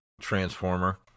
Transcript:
transformer